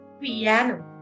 piano